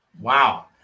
Wow